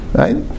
right